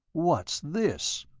what's this?